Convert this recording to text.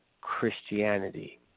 Christianity